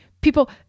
people